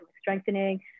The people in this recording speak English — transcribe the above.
strengthening